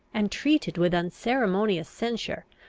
and treated with unceremonious censure,